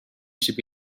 should